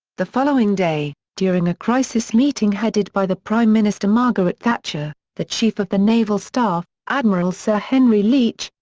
the following day, during a crisis meeting headed by the prime minister margaret thatcher, the chief of the naval staff, admiral sir henry leach,